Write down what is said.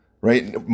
right